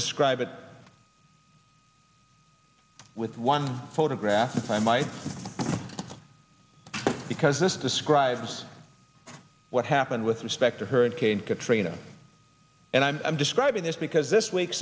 describe it with one photograph if i might because this describes what happened with respect to hurricane katrina and i'm describing this because this week